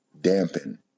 dampen